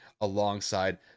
alongside